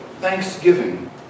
thanksgiving